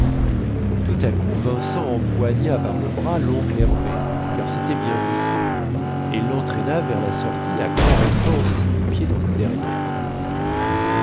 tout à coup vincent empoigna par le bras loncle hervé car cétait bien lui et lentraîna vers la sortie à grand renfort de coups de pied dans le derrière